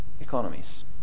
economies